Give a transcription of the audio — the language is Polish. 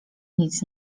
nic